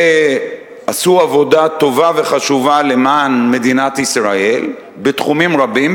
ועשו עבודה טובה וחשובה למען מדינת ישראל בתחומים רבים,